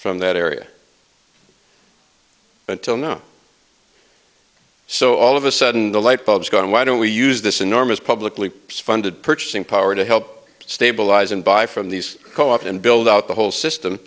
from that area until now so all of a sudden the light bulbs go on why don't we use this enormous publicly funded purchasing power to help stabilize and buy from these co op and build out the whole system